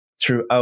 throughout